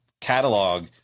catalog